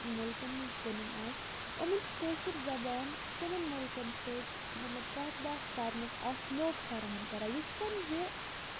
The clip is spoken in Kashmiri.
مُلکَن مَنٛز کٕنُن آسہِ یِمن چھُ کٲشِر زَبان تِمَن مُلکَن سۭتۍ مَطلَب کتھ باتھ کَرنُک اکھ موقہٕ فَراہَم کَران یِتھ کنۍ زِ